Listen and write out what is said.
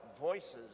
voices